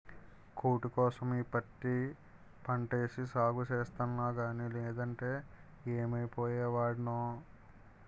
కూటికోసం ఈ పత్తి పంటేసి సాగు సేస్తన్నగానీ నేదంటే యేమైపోయే వోడ్నో